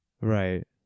right